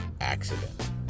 accident